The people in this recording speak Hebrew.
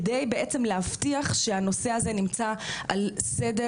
בעצם להבטיח שהנושא הזה נמצא על סדר